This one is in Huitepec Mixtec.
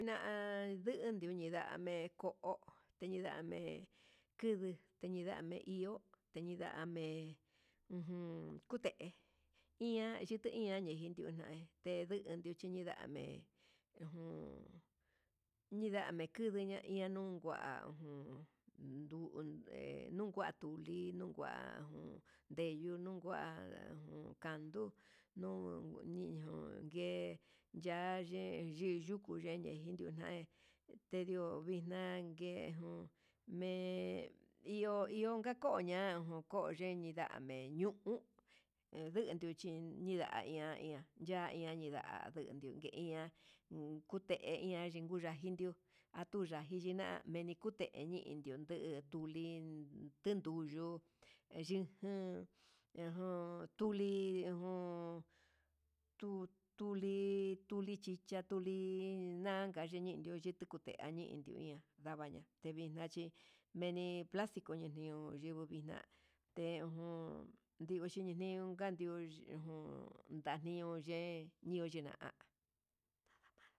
Nda'a yundu ndindame ko'o teñindame kuduu ñidame iho, teñindame ujun kute iha xhite iha yinduu na ndendundu chiña'a nidame ujun ñindame kunduña ian nuun ngua jun ndude nuu huatuinu ngua jun ndeyuu nuu ngua janduu, nuu ñijon nguee yaye yiyuku yende jí ndionai tendio vinague jun me ionka ko'o koña kocheñidame ñu'u, dundu chi nindaña yaña ninda'a ndendiundio iña'a nde uña chindundajio atuyaji, yina mini kuu indio yena tuli hu ndenduyo heyijan aján tuli uján tu tuli chicha tuli naka yiñi'i ndiute chi tundindio lavaña, tevixna chí meni plastico nenio chí nguvixna te jun nio chininiunka edio ujun ndanio yei nio yena'a nadamas.